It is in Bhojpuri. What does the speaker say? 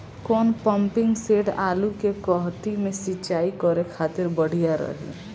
कौन पंपिंग सेट आलू के कहती मे सिचाई करे खातिर बढ़िया रही?